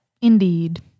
Indeed